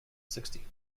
sixty